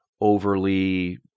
overly